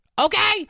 Okay